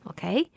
Okay